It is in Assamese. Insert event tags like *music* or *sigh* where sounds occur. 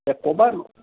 এ ক'বা *unintelligible*